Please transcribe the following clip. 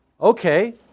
okay